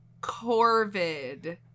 Corvid